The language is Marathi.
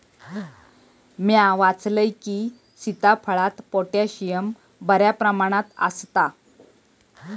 म्या वाचलंय की, सीताफळात पोटॅशियम बऱ्या प्रमाणात आसता